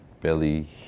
belly